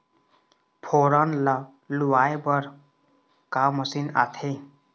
फोरन ला लुआय बर का मशीन आथे?